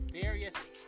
Various